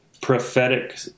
Prophetic